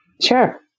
Sure